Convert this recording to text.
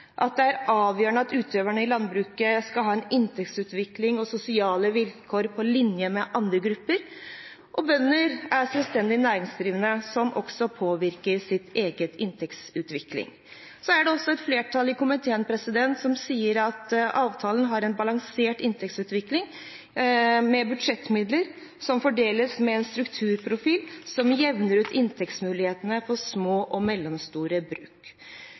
at «det er avgjørende at utøverne i landbruket skal kunne ha en inntektsutvikling og sosiale vilkår på linje med andre grupper», og at «bøndene som selvstendige næringsdrivende selv kan påvirke sin inntektsutvikling». Så er det også et flertall i komiteen som sier at avtalen «vil bidra til en balansert inntektsutvikling ved at budsjettmidlene fordeles med en strukturprofil som jevner ut inntektsmulighetene for små og mellomstore bruk».